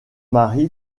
mari